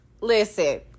listen